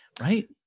right